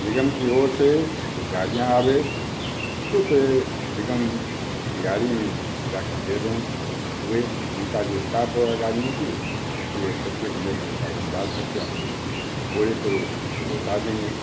निगम की ओर से कोई गाड़ियाँ आवे तो उसे निगम की गाड़ी में जाकर दे दें वे उनका जो इस्टाफ होगा गाड़ियों की वे कचरे को लेकर गाड़ी में डालकर के आपके बोरे को वे लौटा देंगे